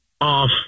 off